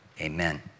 amen